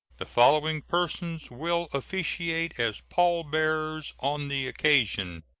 the following persons will officiate as pallbearers on the occasion